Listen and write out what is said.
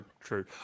true